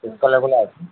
कल्लै कोला आई जाह्ग